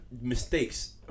mistakes